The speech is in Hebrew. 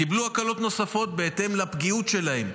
קיבלו הקלות נוספות בהתאם לפגיעות שלהם,